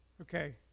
okay